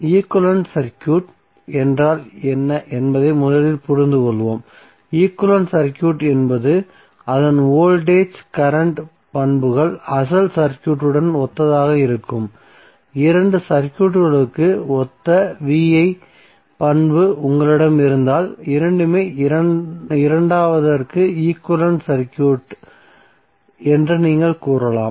equivalence circuit என்றால் என்ன என்பதை முதலில் புரிந்துகொள்வோம் ஈக்வலன்ஸ் சர்க்யூட் என்பது அதன் வோல்டேஜ் கரண்ட் பண்புகள் அசல் சர்க்யூட்டுடன் ஒத்ததாக இருக்கும் இரண்டு சர்க்யூட்களுக்கு ஒத்த V I பண்பு உங்களிடம் இருந்தால் இரண்டுமே இரண்டாவதற்கு ஈக்வலன்ஸ் சர்க்யூட் என்று நீங்கள் கூறலாம்